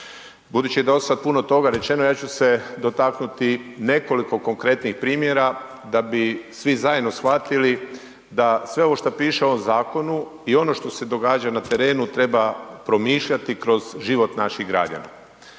Budući je dosad puno toga rečeno, ja ću se dotaknuti nekoliko konkretnih primjera da bi svi zajedno shvatili da sve ovo što piše u ovom zakonu i ono što se događa na terenu treba promišljati kroz život naših građana.